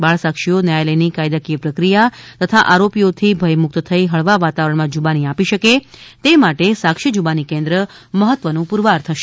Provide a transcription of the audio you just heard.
બાળસાક્ષીઓ ન્યાયાલયની કાયદાકીય પ્રક્રિયા તથા આરોપીઓથી ભયમુક્ત થઇ હળવા વાતાવરણમાં જુબાની આપી શકે તે માટે સાક્ષી જુબાની કેન્દ્ર મહત્વનું પુરવાર થશે